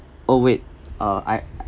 oh wait uh I